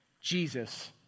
Jesus